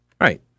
Right